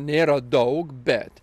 nėra daug bet